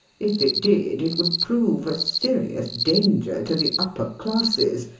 if it did, it would prove a serious danger to the upper classes,